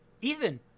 Ethan